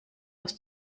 aus